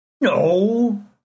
No